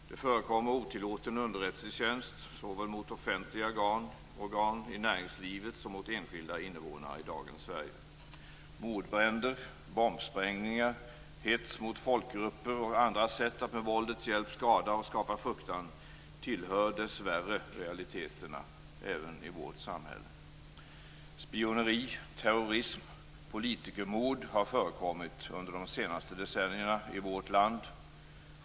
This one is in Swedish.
Det förekommer otillåten underrättelsetjänst såväl mot offentliga organ i näringslivet som mot enskilda invånare i dagens Sverige. Mordbränder, bombsprängningar, hets mot folkgrupper och andra sätt att med våldets hjälp skada och skapa fruktan tillhör dessvärre realiteterna även i vårt samhälle. Spioneri, terrorism och politikermord har förekommit under de senaste decennierna i vårt land.